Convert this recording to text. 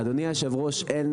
אדוני היושב-ראש,